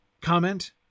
comment